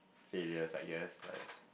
feel yes like yes right